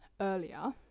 earlier